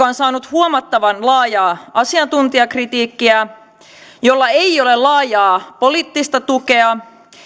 on saanut huomattavan laajaa asiantuntijakritiikkiä ja jolla ei ole laajaa poliittista tukea